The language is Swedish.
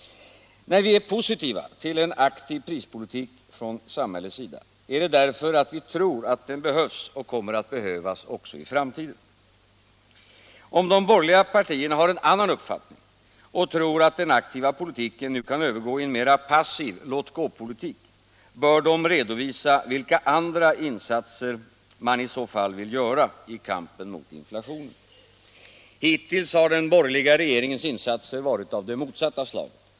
Vi är positiva till en aktiv prispolitik från samhällets sida därför att vi tror att den behövs och kommer att behövas också i framtiden. Om "de borgerliga partierna har en annan uppfattning och tror att den aktiva politiken nu kan övergå i en mera passiv låtgåpolitik, bör de redovisa vilka andra insatser man i så fall vill göra i kampen mot inflationen. Hittills har den borgerliga regeringens insatser varit av det motsatta slaget.